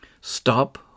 stop